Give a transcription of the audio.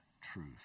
truth